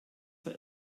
der